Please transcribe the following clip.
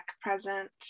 present